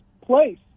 place